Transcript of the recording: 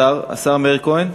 השר מאיר כהן?